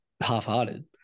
half-hearted